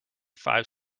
five